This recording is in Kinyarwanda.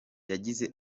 yagize